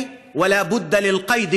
אחת דינו: לחלוף,